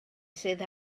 sydd